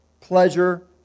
pleasure